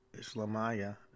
Islamaya